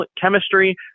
chemistry